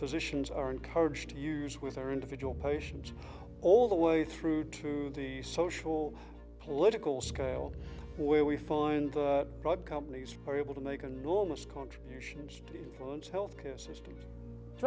physicians are encouraged to use with their individual patients all the way through to the social political scale where we find the drug companies are able to make an enormous contributions to health care system